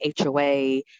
HOA